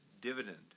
dividend